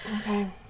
Okay